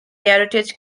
heritage